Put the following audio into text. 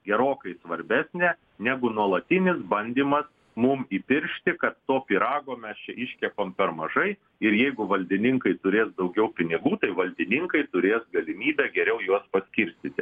gerokai svarbesnė negu nuolatinis bandymas mum įpiršti kad to pyrago mes čia iškepam per mažai ir jeigu valdininkai turės daugiau pinigų tai valdininkai turės galimybę geriau juos paskirstyti